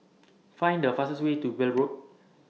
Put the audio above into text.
Find The fastest Way to Weld Road